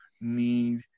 need